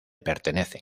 pertenecen